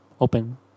open